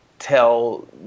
Tell